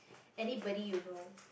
anybody you know